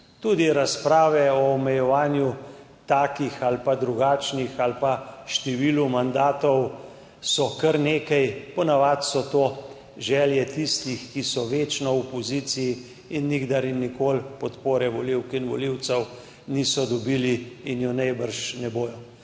Tudi razprave o omejevanju takih ali drugačnih ali pa številu mandatov so kar nekaj. Po navadi so to želje tistih, ki so večno v opoziciji in nikdar in nikoli podpore volivk in volivcev niso dobili in je najbrž ne bodo.